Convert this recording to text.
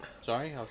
sorry